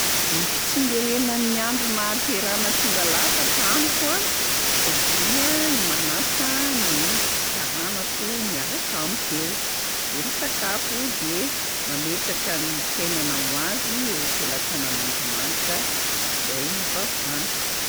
Ny fitsengeranan'ny andro nahaterahana tonga lafatra amiko a dia ny manasa ny s- taranako miaraka amiko eo, de misakafo de mametraka ny fiainana ho avy eo am-pelatanan'Andriamanitra zay ivavahana.